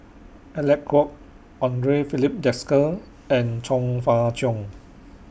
Alec Kuok Andre Filipe Desker and Chong Fah Cheong